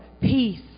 peace